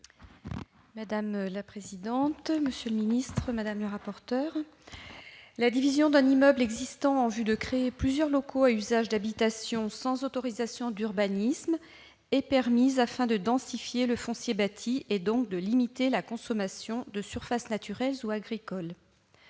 : La parole est à Mme Martine Berthet. La division d'un immeuble existant en vue de créer plusieurs locaux à usage d'habitation sans autorisation d'urbanisme est permise afin de densifier le foncier bâti, donc de limiter la consommation de surfaces naturelles ou agricoles.